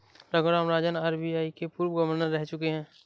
Raghuram Rajan RBI के पूर्व governor रह चुके हैं